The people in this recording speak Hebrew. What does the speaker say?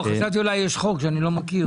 לא, חשבתי אולי יש חוק שאני לא מכיר.